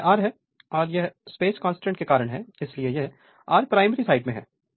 Refer Slide Time 1706 तो यह R है और यह स्पेस कंस्ट्रेंट के कारण है इसलिए यह R प्राइमरी साइड में है